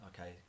okay